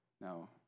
Now